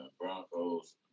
Broncos